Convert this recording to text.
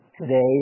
today